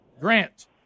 Grant